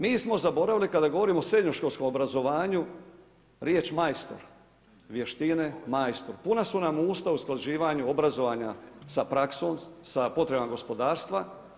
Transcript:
Mi smo zaboravili kada govorimo o srednjoškolskom obrazovanju riječ majstor, vještine, majstor, puna su nam usta o usklađivanju obrazovanja sa praksom, sa potrebama gospodarstva.